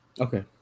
okay